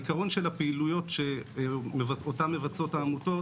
העיקרון של הפעילויות שאותן מבצעות העמותות